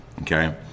okay